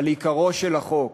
אבל עיקרו של החוק,